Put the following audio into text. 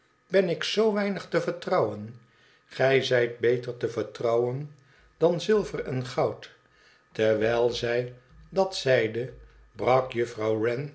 ben ik zoo weinig te vertrouwen gij zijt beter te vertrouwen dan zilver en goud terwijl zij dat zeide brak juffrouw